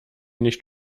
nicht